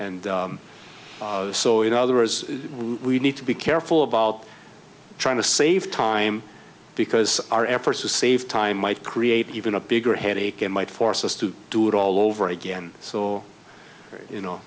and so in other as we need to be careful about trying to save time because our efforts to save time might create even a bigger headache and might force us to do it all over again so you know